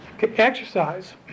exercise